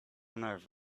nerve